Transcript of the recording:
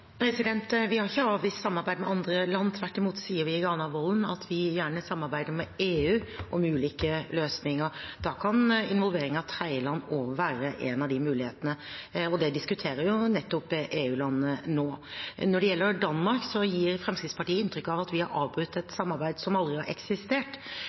Vi har ikke avvist samarbeid med andre land. Tvert imot sier vi i Granavolden-plattformen at vi gjerne samarbeider med EU om ulike løsninger. Da kan involvering av tredjeland også være en av de mulighetene, og det diskuterer nettopp EU-landene nå. Når det gjelder Danmark, gir Fremskrittspartiet inntrykk av at vi har avbrutt